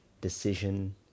decision